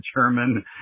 German